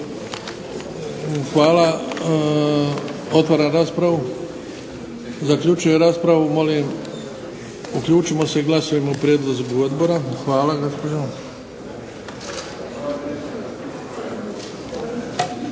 Hvala. Otvaram raspravu. Zaključujem raspravu. Molim uključimo se i glasujmo o prijedlogu odbora. Hvala gospođo.